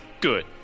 Good